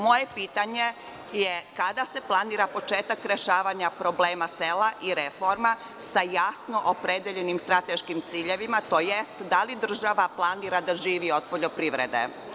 Moje pitanje je – kada se planira početak rešavanja problema sela i reforma sa jasno opredeljenim strateškim ciljevima tj. da li država planira da živi od poljoprivrede?